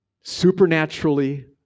supernaturally